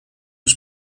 was